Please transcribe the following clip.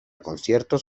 conciertos